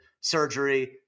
surgery